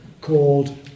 called